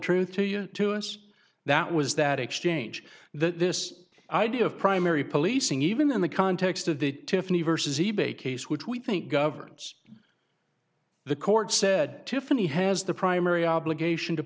truth to you to us that was that exchange that this idea of primary policing even in the context of the tiffany versus e bay case which we think governs the court said tiffany has the primary obligation to